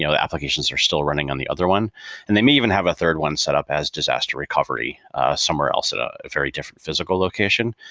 ah the applications are still running on the other one and then maybe even have a third one setup as disaster recovery somewhere else at a very different physical location.